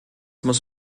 muss